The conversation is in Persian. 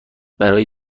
برای